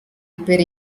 per